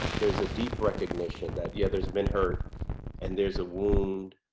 there's a deep recognition that yeah there's been hurt and there's a wound,